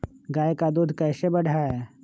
गाय का दूध कैसे बढ़ाये?